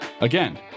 Again